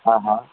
हा हा